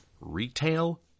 retail